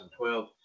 2012